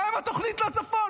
מה עם התוכנית לצפון?